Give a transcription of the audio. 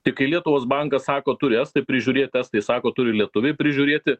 tai kai lietuvos bankas sako turi estai prižiūrėti estai sako turi lietuviai prižiūrėti